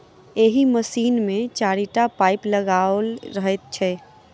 एहि मशीन मे चारिटा पाइप लगाओल रहैत छै